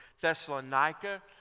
Thessalonica